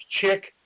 chick